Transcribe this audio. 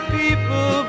people